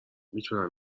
میتونم